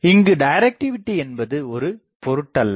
இங்கு டிரக்டிவிடி என்பது ஒரு பொருட்டல்ல